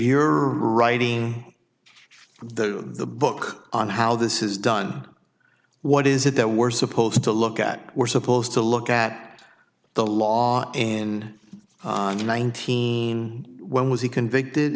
are writing the book on how this is done what is it that we're supposed to look at we're supposed to look at the law and on nineteen when was he convicted